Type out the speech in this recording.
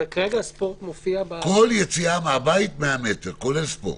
כל יציאה מהבית, כולל ספורט.